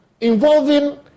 involving